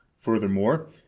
Furthermore